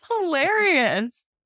hilarious